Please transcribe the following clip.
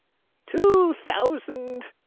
two thousand!